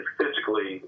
physically